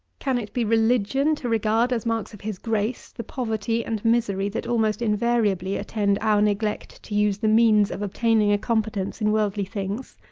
can it be religion to regard, as marks of his grace, the poverty and misery that almost invariably attend our neglect to use the means of obtaining a competence in worldly things?